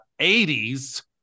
80s